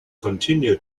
continue